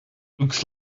looks